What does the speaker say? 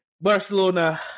Barcelona